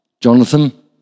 Jonathan